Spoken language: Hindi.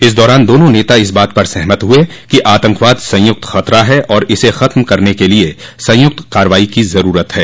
इस दौरान दोनों नेता इस बात पर सहमत हुए कि आतंकवाद संयुक्त खतरा है और इसे खत्म करने के लिए संयुक्त कार्रवाई की ज़रूरत है